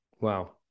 Wow